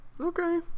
Okay